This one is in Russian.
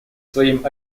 своим